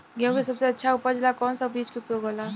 गेहूँ के सबसे अच्छा उपज ला कौन सा बिज के उपयोग होला?